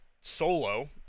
solo